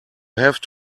have